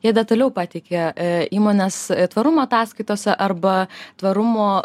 jie detaliau pateikia įmonės tvarumo ataskaitose arba tvarumo